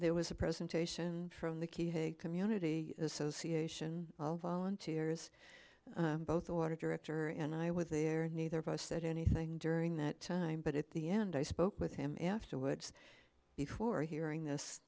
there was a presentation from the key hay community association volunteers both the water director and i was there and neither of us said anything during that time but at the end i spoke with him afterwards before hearing this